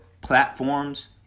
platforms